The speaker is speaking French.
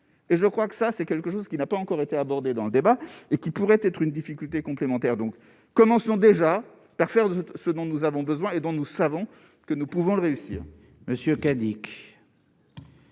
et je crois que ça c'est quelque chose qui n'a pas encore été abordée dans le débat et qui pourrait être une difficulté complémentaires donc commençons déjà par faire ce dont nous avons besoin et dont nous savons que nous pouvons le réussir.